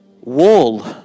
wall